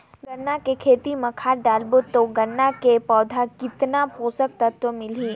गन्ना के खेती मां खाद डालबो ता गन्ना के पौधा कितन पोषक तत्व मिलही?